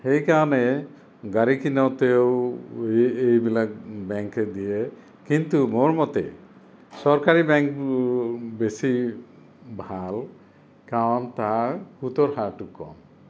সেইকাৰণে গাড়ী কিনোতেও এইবিলাক বেংকে দিয়ে কিন্তু মোৰ মতে চৰকাৰী বেংকবোৰ বেছি ভাল কাৰণ তাৰ সূতৰ হাৰটো কম